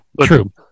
true